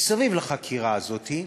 מסביב לחקירה הזאת,